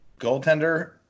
Goaltender